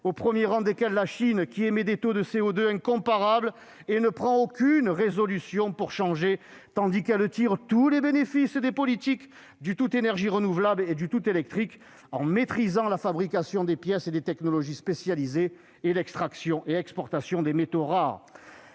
au premier rang desquels la Chine, qui émet des taux de CO2 incomparables et ne prend aucune résolution pour changer, tandis qu'elle tire tous les bénéfices du « tout énergies renouvelables » et du « tout électrique » en maîtrisant la fabrication des pièces et des technologies spécialisées, l'extraction et l'exportation des métaux rares.